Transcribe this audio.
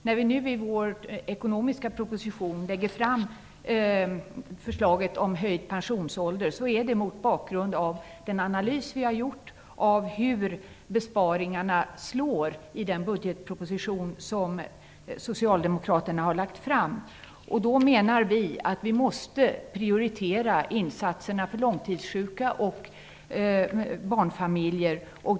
När vi nu i vår ekonomiska motion lägger fram förslaget om höjd pensionsålder är det mot bakgrund av den analys som vi har gjort av hur besparingarna i den budgetproposition som socialdemokraterna har lagt fram slår. Då menar vi att vi måste prioritera insatserna för långtidssjuka och barnfamiljer.